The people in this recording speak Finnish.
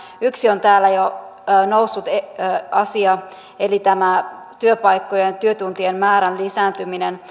yksi on täällä jo noussut asia eli tämä työpaikkojen ja työtuntien määrän lisääntyminen